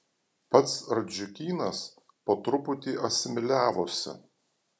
pats radziukynas po truputį asimiliavosi